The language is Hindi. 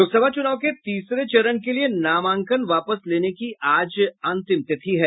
लोकसभा चूनाव के तीसरे चरण के लिए नामांकन वापस लेने की आज अंतिम तिथि है